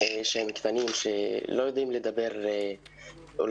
שהם קטנים שלא יודעים לדבר עברית